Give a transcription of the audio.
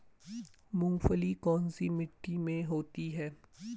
मूंगफली कौन सी मिट्टी में होती है?